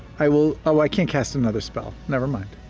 i will oh, i can't cast another spell, never mind.